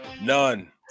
None